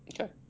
Okay